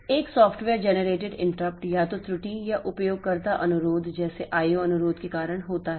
एक software generated interrupt या तो त्रुटि या उपयोगकर्ता अनुरोध जैसे IO अनुरोध के कारण होता है